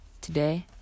Today